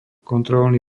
kontrolný